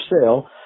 sale